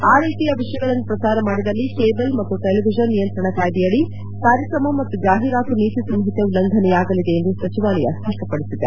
ಆ ರೀತಿಯ ವಿಷಯಗಳನ್ನು ಪ್ರಸಾರ ಮಾಡಿದಲ್ಲಿ ಕೇಬಲ್ ಮತ್ತು ಟೆಲಿವಿಷನ್ ನಿಯಂತ್ರಣ ಕಾಯಿದೆಯಡಿ ಕಾರ್ಯಕ್ರಮ ಮತ್ತು ಜಾಹೀರಾತು ನೀತಿ ಸಂಹಿತೆ ಉಲ್ಲಂಘನೆಯಾಗಲಿದೆ ಎಂದು ಸಚಿವಾಲಯ ಸ್ಪಷ್ಟಪಡಿಸಿದೆ